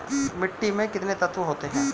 मिट्टी में कितने तत्व होते हैं?